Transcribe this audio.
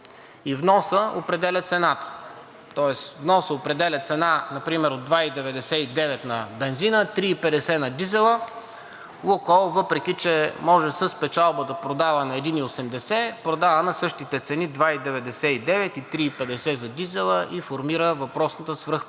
и вносът определя цената. Тоест вносът определя цена например от 2,99 на бензина, 3,50 на дизела, „Лукойл“, въпреки че може с печалба да продава на 1,80, продава на същите цени – 2,99 и 3,50 за дизела, и формира въпросната свръхпечалба,